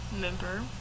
member